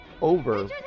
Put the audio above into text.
over